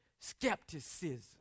skepticism